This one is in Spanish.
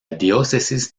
diócesis